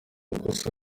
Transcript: amakosa